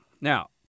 now